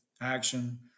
action